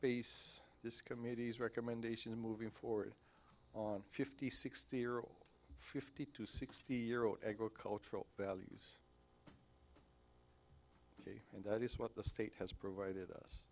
base this committee's recommendations moving forward on fifty sixty year old fifty to sixty year old agricultural values and that is what the state has provided us